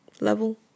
level